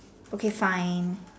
okay fine